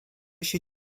się